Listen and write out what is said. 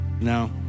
No